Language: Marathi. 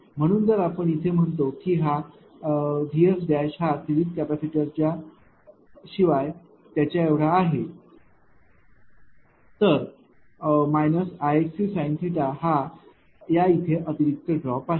म्हणून जर आपण असे म्हणतो की हा व्हीएस डॅश हा सिरीज कॅपेसिटरच्या शिवाय याच्या एवढाच आहे तर Ixc sin हा या इथे अतिरिक्त ड्रॉप आहे